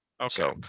Okay